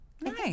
nice